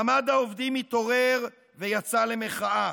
מעמד העובדים התעורר ויצא למחאה.